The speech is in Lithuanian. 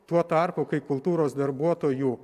tuo tarpu kai kultūros darbuotojų